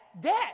debt